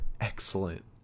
excellent